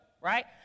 Right